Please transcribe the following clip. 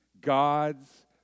God's